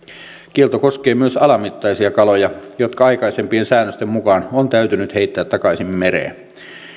kielto koskee myös alamittaisia kaloja jotka aikaisempien säännösten mukaan on täytynyt heittää takaisin mereen